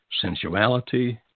sensuality